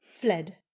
fled